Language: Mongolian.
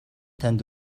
танд